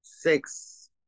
six